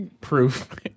Proof